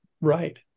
right